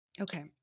Okay